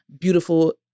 beautiful